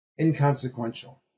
inconsequential